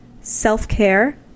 Self-care